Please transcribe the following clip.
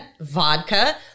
vodka